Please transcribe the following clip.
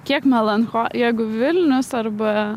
kiek melancholija jeigu vilnius arba